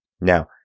Now